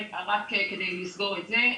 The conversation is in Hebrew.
רק כדי לסגור את זה,